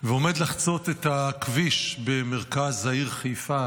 ועומד לחצות את הכביש במרכז העיר חיפה,